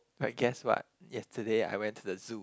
but guess what yesterday I went to the zoo